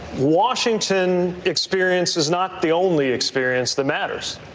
washington experience is not the only experience that matters.